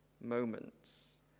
moments